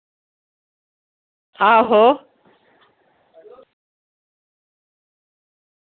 आहो